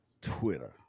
twitter